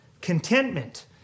contentment